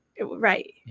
Right